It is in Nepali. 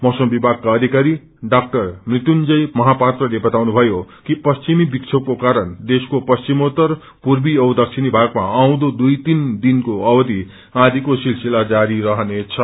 मौसम विभागक्रा अधिकरी डा मृत्युजंय महापात्रले बताउनुभयो कि पश्चिमी विश्वेषको कारण देशको पश्चिमोत्तर पूर्वी औ दक्षिण भागमा आउँदो दुई तीन दिनको अवधि औँथीको सिलसिला जारी रहनेछ